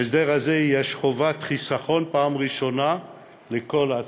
בהסדר הזה יש חובת חיסכון בפעם הראשונה לכל עצמאי.